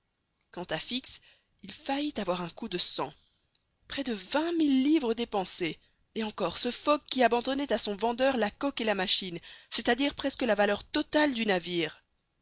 quant à fix il faillit avoir un coup de sang près de vingt mille livres dépensées et encore ce fogg qui abandonnait à son vendeur la coque et la machine c'est-à-dire presque la valeur totale du navire